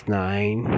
nine